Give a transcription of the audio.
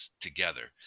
together